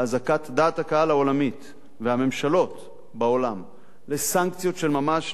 דעת הקהל העולמית והממשלות בעולם לסנקציות של ממש נגד אירן,